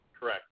Correct